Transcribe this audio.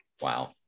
Wow